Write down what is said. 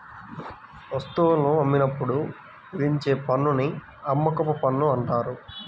వస్తువులను అమ్మినప్పుడు విధించే పన్నుని అమ్మకపు పన్ను అంటారు